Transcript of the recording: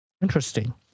Interesting